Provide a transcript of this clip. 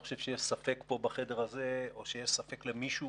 חושב שיש ספק פה בחדר הזה או שיש ספק למישהו